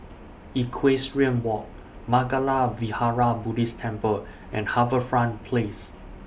Equestrian Walk Mangala Vihara Buddhist Temple and HarbourFront Place